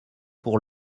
pour